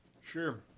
Sure